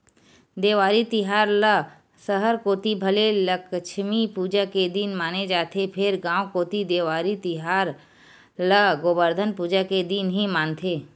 देवारी तिहार ल सहर कोती भले लक्छमी पूजा के दिन माने जाथे फेर गांव कोती देवारी तिहार ल गोबरधन पूजा के दिन ही मानथे